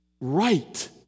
right